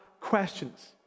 questions